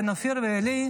בין אופיר לביני,